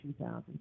2000